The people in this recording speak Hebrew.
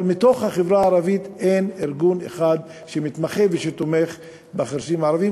אבל מתוך החברה הערבית אין ארגון אחד שמתמחה ושתומך בחירשים הערבים,